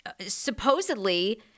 supposedly